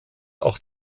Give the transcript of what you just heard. auch